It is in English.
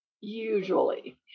usually